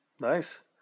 Nice